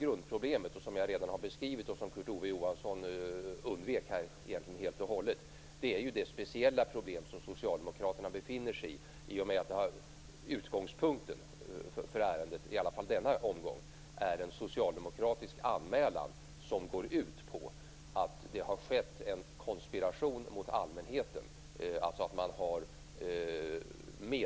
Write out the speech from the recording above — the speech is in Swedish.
Grundproblemet, som jag redan har beskrivit men som Kurt Ove Johansson helt och hållet undvek, är det speciella läge som socialdemokraterna befinner sig i genom att utgångspunkten för ärendet i varje fall denna gång är en socialdemokratisk anmälan som går ut på att det har förekommit en konspiration mot allmänheten.